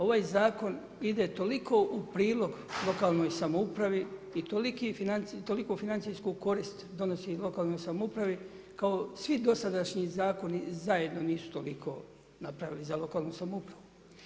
Ovaj zakon ide toliko u prilog lokalnoj samoupravi i toliku financijsku korist donosi lokalnoj samoupravi, kao i svi dosadašnji zakoni zajedno nisu toliko napravili za lokalnu samoupravu.